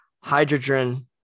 hydrogen